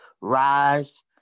rise